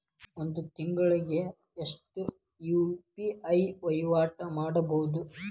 ಒಂದ್ ತಿಂಗಳಿಗೆ ಎಷ್ಟ ಯು.ಪಿ.ಐ ವಹಿವಾಟ ಮಾಡಬೋದು?